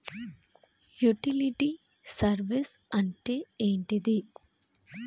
Utility service అంటే ఏంటిది?